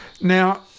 Now